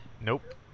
Nope